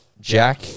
jack